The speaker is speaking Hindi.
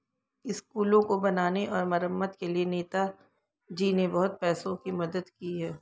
स्कूलों को बनाने और मरम्मत के लिए नेताजी ने बहुत पैसों की मदद की है